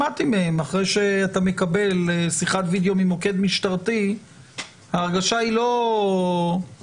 שמעתי מהם שאחרי שאתה מקבל שיחת וידיאו ממוקד משטרתי ההרגשה היא לא קלה.